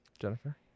Jennifer